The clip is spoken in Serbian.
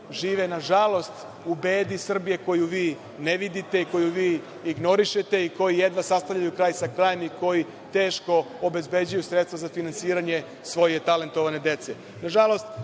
žive, nažalost, u bedi Srbije koju vi ne vidite, koju vi ignorišete, a koji jedva sastavljaju kraj sa krajem i koji teško obezbeđuju sredstva za finansiranje svoje talentovane